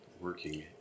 working